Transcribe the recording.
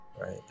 right